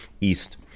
east